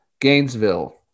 Gainesville